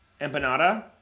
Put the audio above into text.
empanada